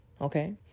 okay